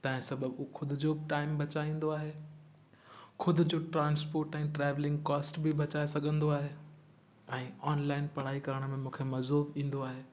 तंहिं सबबु हू ख़ुदि जो बि टाइम बचाईंदो आहे ख़ुदि जो ट्रांस्पोर्ट ऐं ट्रेवलिंग कोस्ट बि बचाए सघंदो आहे ऐं ऑनलाइन पढ़ाई करण में मूंखे मज़ो बि ईंदो आहे